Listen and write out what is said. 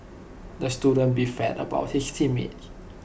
the student beefed about his team mates